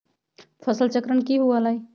फसल चक्रण की हुआ लाई?